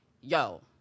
Yo